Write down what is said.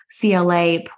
CLA